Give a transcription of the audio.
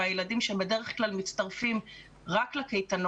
והילדים שהם בדרך כלל מצטרפים רק לקייטנות,